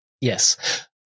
Yes